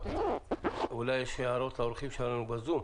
יש הערות לאורחים שלנו בזום?